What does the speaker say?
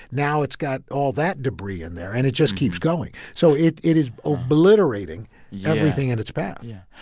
now it's got all that debris in there, and it just keeps going. so it it is obliterating everything in its path yeah.